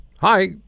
hi